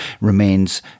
remains